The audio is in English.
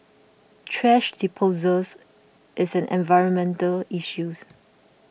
thrash disposals is an environmental issues